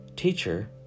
Teacher